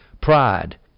Pride